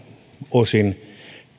osin